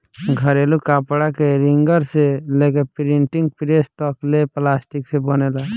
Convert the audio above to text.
घरेलू कपड़ा के रिंगर से लेके प्रिंटिंग प्रेस तक ले प्लास्टिक से बनेला